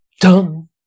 dumb